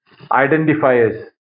identifiers